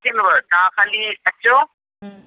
तव्हां ख़ाली अचो